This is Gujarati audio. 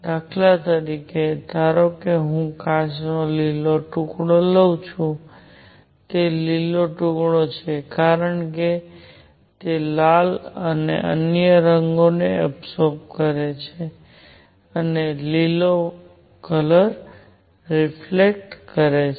દાખલા તરીકે ધારો કે હું કાચનો લીલો ટુકડો લઉં છું તે લીલો છે કારણ કે તે લાલ અને અન્ય રંગોને એબસોર્બ કરે છે અને લીલો રિફલેક્ટ કરે છે